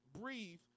breathe